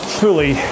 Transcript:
fully